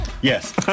Yes